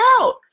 out